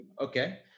Okay